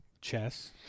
Chess